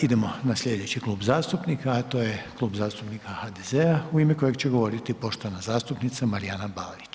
Idemo na sljedeći klub zastupnika, a to je Klub zastupnika HDZ-a u ime kojeg će govoriti poštovana zastupnica Marijana Balić.